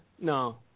no